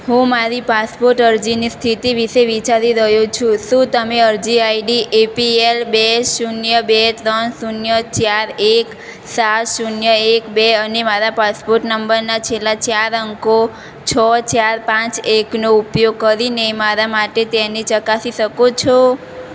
હું મારી પાસપોર્ટ અરજીની સ્થિતિ વિશે વિચારી રહ્યો છું શું તમે અરજી આઈડી એપીએલ બે શૂન્ય બે ત્રણ શૂન્ય ચાર એક સાત શૂન્ય એક બે અને મારા પાસપોર્ટ નંબરના છેલ્લા ચાર અંકો છ ચાર પાંચ એકનો ઉપયોગ કરીને મારા માટે તેને ચકાસી શકો છો